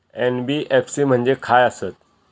NBFC म्हणजे खाय आसत?